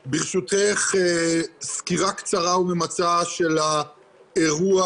ברשותך, סקירה קצרה וממצה של האירוע